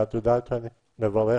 את יודעת שאני מברך